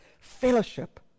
fellowship